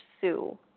Sue